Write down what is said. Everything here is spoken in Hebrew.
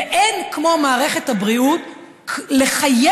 ואין כמו מערכת הבריאות לחייב,